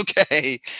Okay